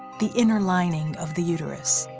the inner lining of the uterus.